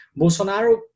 Bolsonaro